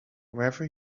wherever